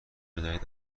بدهید